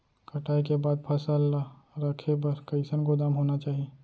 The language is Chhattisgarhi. कटाई के बाद फसल ला रखे बर कईसन गोदाम होना चाही?